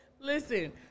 Listen